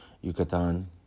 yucatan